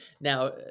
now